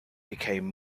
became